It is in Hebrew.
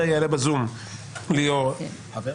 תודה רבה,